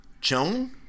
Joan